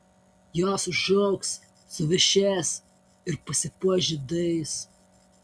jos išaugs suvešės ir pasipuoš žiedais